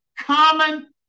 Common